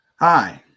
Hi